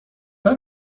بار